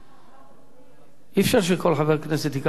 אי-אפשר שכל חבר כנסת ייקח עוד שלוש דקות ועוד שתי דקות.